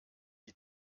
die